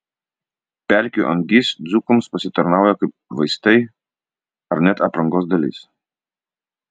pelkių angys dzūkams pasitarnauja kaip vaistai ar net aprangos dalis